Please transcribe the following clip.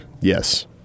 Yes